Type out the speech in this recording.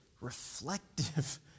reflective